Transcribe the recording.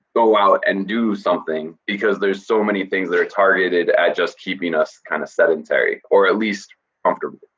go out and do something because there's so many things that are targeted at just keeping us kinda kind of sedentary, or at least comfortable.